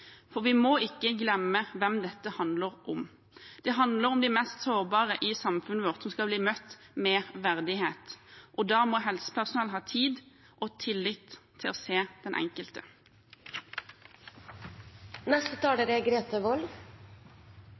For vi må ikke glemme hvem dette handler om. Det handler om de mest sårbare i samfunnet vårt, som skal bli møtt med verdighet. Da må helsepersonell ha tid og tillit til å se den enkelte. Kommuneøkonomi: Kanskje med noen hederlige unntak, som foregående taler, er